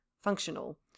functional